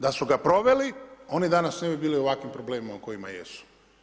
Da su ga proveli, oni danas ne bi bili u ovakvim problema u kojima jesu.